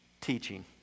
teaching